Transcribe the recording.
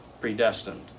Predestined